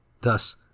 Thus